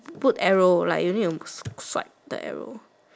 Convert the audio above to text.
put arrow like you need to swipe the arrow